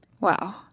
Wow